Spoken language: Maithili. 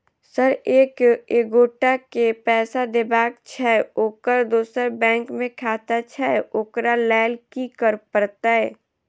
सर एक एगोटा केँ पैसा देबाक छैय ओकर दोसर बैंक मे खाता छैय ओकरा लैल की करपरतैय?